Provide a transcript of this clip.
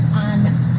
on